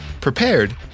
prepared